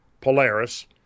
Polaris